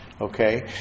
Okay